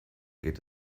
geht